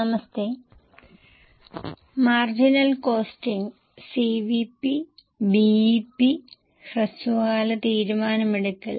നിങ്ങൾക്ക് പ്രിന്റൌട്ട് ലഭിച്ചുവെന്ന് ഞാൻ പ്രതീക്ഷിക്കുന്നു ദയവായി കേസ് ശ്രദ്ധാപൂർവ്വം വായിക്കുക